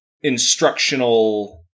instructional